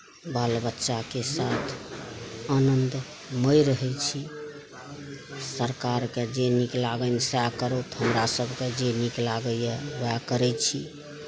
बाल बच्चाके साथ आनन्दमे रहै छी सरकारके जे नीक लागैन सएह करथु हमरा सबके जे नीक लागैया वएह करै छी